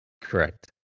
Correct